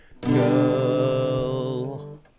Girl